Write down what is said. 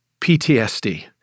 PTSD